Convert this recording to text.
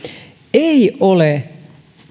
ei ole